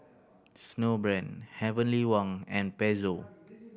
Snowbrand Heavenly Wang and Pezzo